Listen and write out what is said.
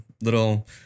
little